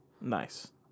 Nice